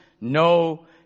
no